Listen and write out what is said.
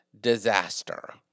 disaster